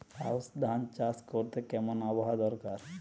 আউশ ধান চাষ করতে কেমন আবহাওয়া দরকার?